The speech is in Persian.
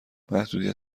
محدودیت